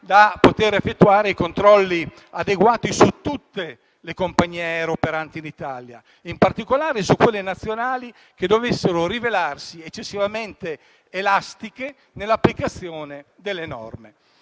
da poter effettuare i controlli adeguati su tutte le compagnie aeree operanti in Italia, in particolare su quelle nazionali che dovessero rivelarsi eccessivamente elastiche nell'applicazione delle norme.